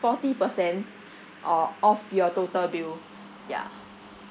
forty percent uh off your total bill yeah